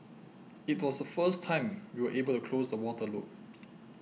it was the first time we were able to close the water loop